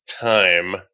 time